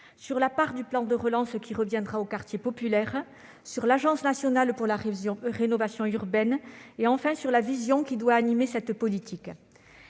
sur la part du plan de relance consacrée aux quartiers populaires, sur l'Agence nationale pour la rénovation urbaine, et enfin sur la vision qui doit animer cette politique.